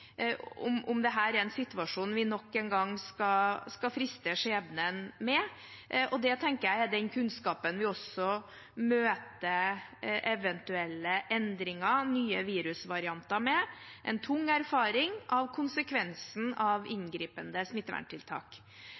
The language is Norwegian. nok en gang skal friste skjebnen med. Det tenker jeg er den kunnskapen vi også møter eventuelle endringer og nye virusvarianter med – en tung erfaring av konsekvensen av inngripende smitteverntiltak.